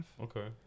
Okay